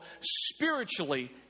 spiritually